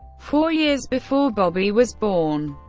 four years before bobby was born.